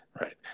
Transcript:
Right